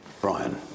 Brian